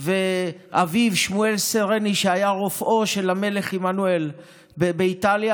ואביו שמואל סרני שהיה רופאו של המלך עמנואל באיטליה,